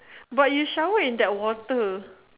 but you shower in that water